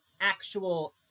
actual